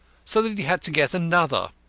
so that he had to get another.